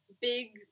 big